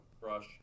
brush